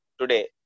today